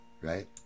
right